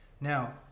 Now